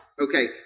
Okay